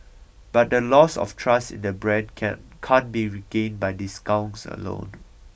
but the loss of trust in the brand can can't be regained by discounts alone